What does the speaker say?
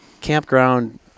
campground